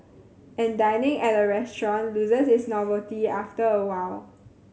and dining at a restaurant loses its novelty after a while